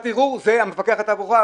ואין ערכת ערעור - זה המפקח על התעבורה,